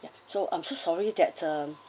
ya so I'm so sorry that um